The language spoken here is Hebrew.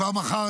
כבר מחר,